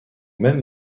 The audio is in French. même